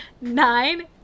nine